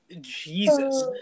Jesus